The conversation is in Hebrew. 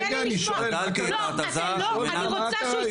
רגע, אני שואל, מה קרה.